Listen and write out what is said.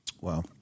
Wow